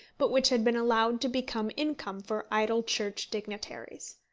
but which had been allowed to become incomes for idle church dignitaries.